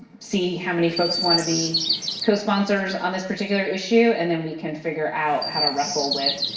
see how many folks wants to be cosponsors on this particular issue, and then we can figure out how to wrestle with